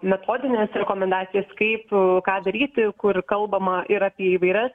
metodines rekomendacijas kaip ką daryti kur kalbama ir apie įvairias